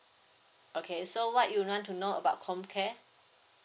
okay so what do you want to know about comcare